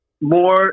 more